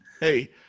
Hey